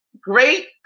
great